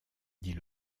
dit